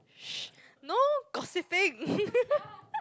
no gossiping